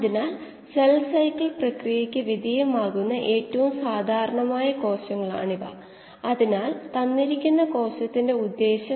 അതിനുശേഷം batch bioreactor പ്പ്രൊഡക്ടിവിറ്റിയുമിയി താരതമ്യം ചെയ്യുക എന്നതൊക്കയാണ് നമ്മുടെ ലക്ഷ്യം